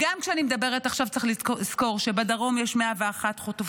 גם כשאני מדברת עכשיו צריך לזכור שבדרום יש 101 חטופים,